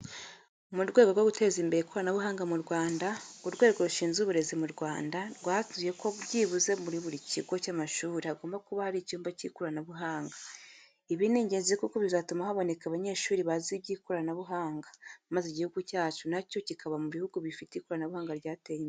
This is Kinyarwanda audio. Mu rwego rwo guteza imbere ikoranabuhanga mu Rwanda, Urwego rushizwe Uburezi mu Rwanda rwanzuye ko byibuze muri buri kigo cy'amashuri hagomba buka hari icyumba k'ikoranabuhanga. Ibi ni ingenzi kuko bizatuma haboneka banyeshuri bazi iby'ikoranabuhanga maze Igihugu cyacu na cyo kikaza mu buhugi bifite ikoranabuhanga ryateye imbere.